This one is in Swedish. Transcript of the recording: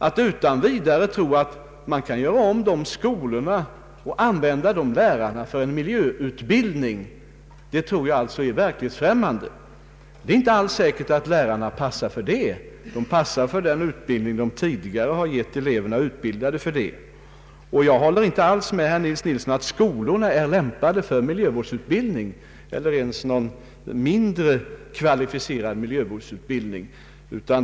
Att utan vidare tro att man kan göra om dessa skolor och använda dessa lärare för miljövårdsutbildning finner jag verklighetsfrämmande. Det är inte alls säkert att lärarna passar för sådan undervisning. De passar för den undervisning som de tidigare har gett eleverna. Jag håller inte med herr Nils Nilsson om att skolorna är lämpade för miljövårdsutbildning, inte ens någon mindre kvalificerad miljövårdsutbildning.